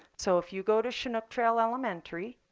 so if you go to chinook trail elementary,